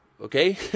Okay